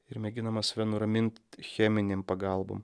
ir mėginama save nuramint cheminėm pagalbom